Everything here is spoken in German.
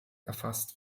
erfasst